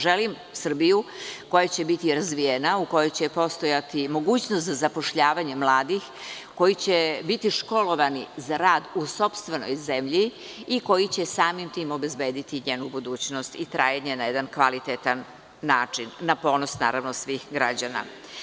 Želim Srbiju koja će biti razvijena, u kojoj će postojati mogućnost za zapošljavanje mladih, koji će biti školovani za rad u sopstvenoj zemlji i koji će samim tim obezbediti njenu budućnost i trajanje na jedan kvalitetan način, na ponos, naravno, svih građana.